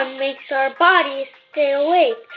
ah makes our bodies stay awake.